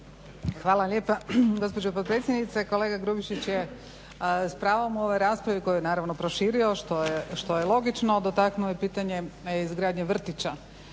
Hvala lijepa gospođo potpredsjednice. Kolega Grubišić je s pravom u ovoj raspravi koju je naravno proširio što je logično, dotaknuo i pitanje izgradnje vrtića,